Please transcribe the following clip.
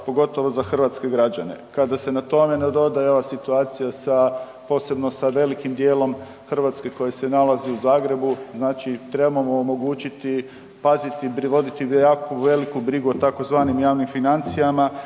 pogotovo za hrvatske građane. Kada se na to nadoda i ova situacija sa, posebno sa velikim dijelom Hrvatske koji se nalaze u Zagrebu, znači trebamo omogućiti, paziti i privoditi jako veliku brigu o tzv. javnim financijama